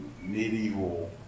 medieval